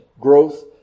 growth